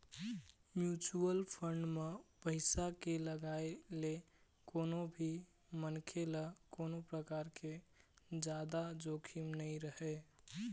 mutual fund म पइसा के लगाए ले कोनो भी मनखे ल कोनो परकार के जादा जोखिम नइ रहय